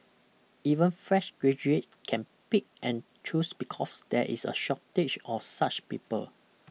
even fresh graduates can pick and choose because there is a shortage of such people